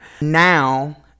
Now